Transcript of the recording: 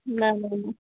نہ نہ نہ